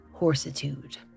horsitude